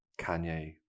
Kanye